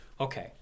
okay